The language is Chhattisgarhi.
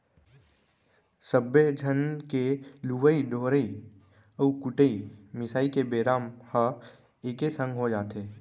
सब्बे झन के लुवई डोहराई अउ कुटई मिसाई के बेरा ह एके संग हो जाथे